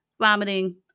vomiting